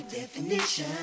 definition